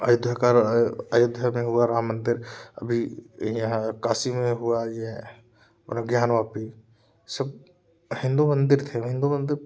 अयोध्या का अयोध्या में हुआ राम मंदिर अभी काशी में हुआ यह और ज्ञानवापी सब हिंदू मंदिर हिंदू मंदिर